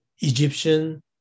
Egyptian